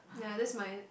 ya that's my